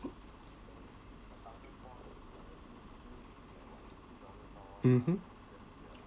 mmhmm